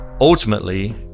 Ultimately